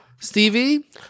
Stevie